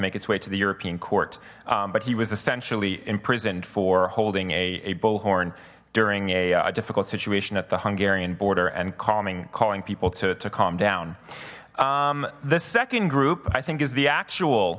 make its way to the european court but he was essentially imprisoned for holding a bullhorn during a difficult situation at the hungarian border and calming calling people to calm down the second group i think is the actual